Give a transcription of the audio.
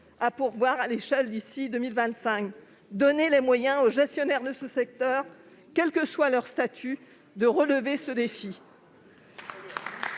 à pourvoir à l'échelle nationale d'ici 2025 ? Donnez les moyens aux gestionnaires de ce secteur, quel que soit leur statut, de relever ce défi